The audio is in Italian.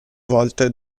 volte